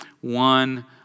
one